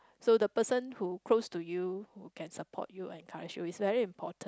so the person who close to you who can support you encourage you is very important